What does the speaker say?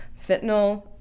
fentanyl